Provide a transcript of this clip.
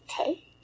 okay